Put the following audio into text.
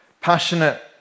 passionate